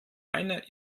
einer